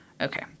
Okay